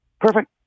perfect